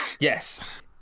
yes